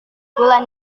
bulan